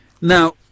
Now